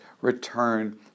return